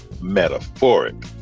metaphoric